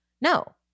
no